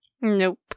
Nope